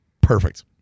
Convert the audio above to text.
perfect